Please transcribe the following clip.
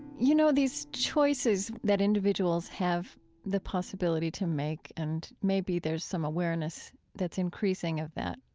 you know, these choices that individuals have the possibility to make, and maybe there's some awareness that's increasing of that,